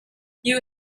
you